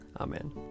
Amen